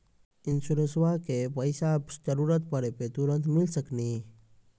इंश्योरेंसबा के पैसा जरूरत पड़े पे तुरंत मिल सकनी?